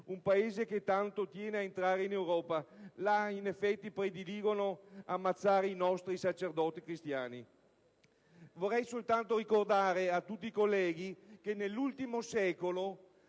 Paese che tanto tiene ad entrare in Europa e dove in effetti prediligono ammazzare i nostri sacerdoti cristiani! Voglio soltanto ricordare ai colleghi che nell'ultimo secolo